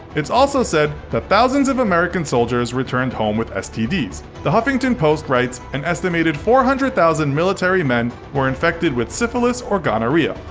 it's also said that thousands of american soldiers returned home with stds. the huffington post writes, an estimated four hundred thousand military men were infected with syphilis or gonorrhea.